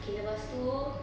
okay lepas tu